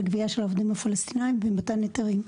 גבייה של העובדים הפלסטינים ומתן היתרים.